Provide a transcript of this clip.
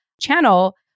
channel